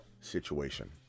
situation